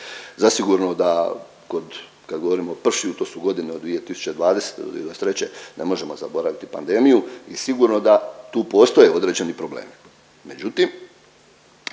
Zasigurno da kad, kad govorimo o PRŠI-ju to su godine od 2020. do 2023., ne možemo zaboraviti pandemiju i sigurno da tu postoje određeni problemi.